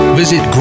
visit